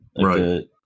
Right